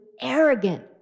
arrogant